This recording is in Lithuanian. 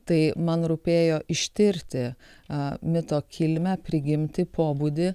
tai man rūpėjo ištirti mito kilmę prigimtį pobūdį